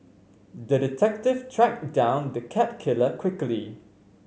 the detective tracked down the cat killer quickly